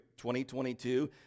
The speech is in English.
2022